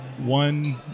one